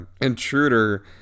intruder